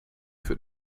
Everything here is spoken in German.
für